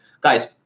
Guys